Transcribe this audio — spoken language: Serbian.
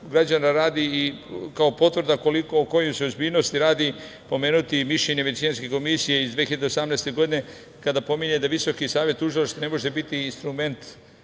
radi i kao potvrda o kojoj se ozbiljnosti radi, pomenuti mišljenje Venecijanske komisije iz 2018. godine kada pominje da Visoki savet tužilaca ne može biti instrument